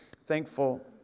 thankful